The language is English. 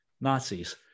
Nazis